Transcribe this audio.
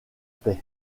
paix